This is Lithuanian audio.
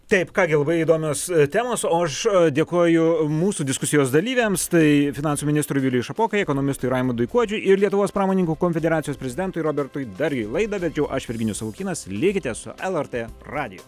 taip ką gi labai įdomios temos o aš dėkoju mūsų diskusijos dalyviams tai finansų ministrui viliui šapokai ekonomistui raimondui kuodžiui ir lietuvos pramoninkų konfederacijos prezidentui robertui dargiui laidą vedžiau aš virginijus savukynas lėkite su lrt radiju